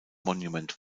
monument